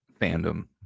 fandom